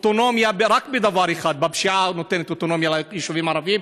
אוטונומיה רק בדבר אחד: בפשיעה היא נותנת אוטונומיה ליישובים הערביים.